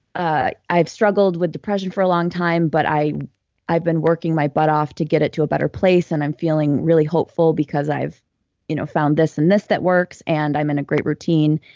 ah i've struggled with depression for a long time, but i've been working my butt off to get it to a better place, and i'm feeling really hopeful because i've you know found this and this that works, and i'm in a great routine,